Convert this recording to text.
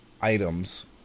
items